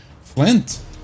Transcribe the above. Flint